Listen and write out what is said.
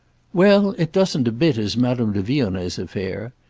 well, it doesn't a bit as madame de vionnet's affair.